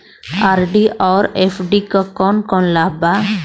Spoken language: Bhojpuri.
आर.डी और एफ.डी क कौन कौन लाभ बा?